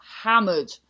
hammered